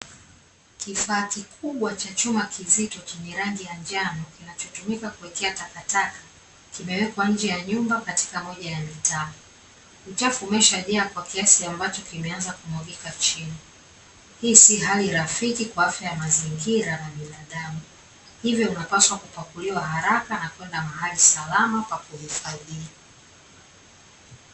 Kifaa kikubwa cha chuma kizito chenye rangi ya njano, kinachotumika kuwekea takataka, kimewekwa nje ya nyumba katika moja ya mitaa; uchafu umeshajaa kwa kiasi ambacho kimeanza kumwagika chini, hii si hali rafiki kwa afya ya mazingira na binadamu, hivyo unapaswa kupakuliwa haraka na kwenda mahali salama pa kuhifadhia.